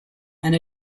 and